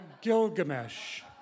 Gilgamesh